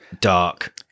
Dark